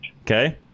Okay